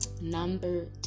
Number